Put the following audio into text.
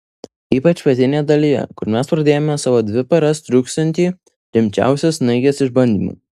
ypač pietinėje dalyje kur mes pradėjome savo dvi paras truksiantį rimčiausią snaigės išbandymą